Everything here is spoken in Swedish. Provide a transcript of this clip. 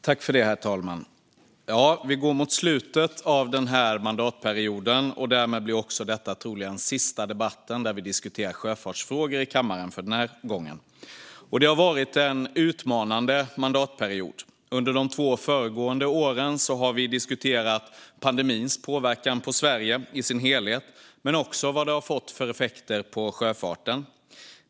Herr talman! Vi går mot slutet av den här mandatperioden, och därmed blir också detta troligen den sista debatten där vi diskuterar sjöfartsfrågor i kammaren för den här gången. Det har varit en utmanande mandatperiod. Under de två föregående åren har vi diskuterat pandemins påverkan på Sverige i sin helhet men också vad den har fått för effekter på sjöfarten.